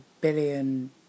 billion